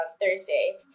Thursday